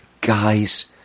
guys